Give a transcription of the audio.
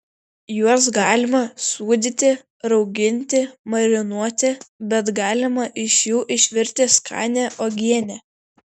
juos galima sūdyti rauginti marinuoti bet galima iš jų išvirti skanią uogienę